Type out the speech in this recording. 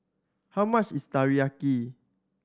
how much is Teriyaki